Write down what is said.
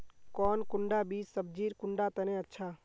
कौन कुंडा बीस सब्जिर कुंडा तने अच्छा?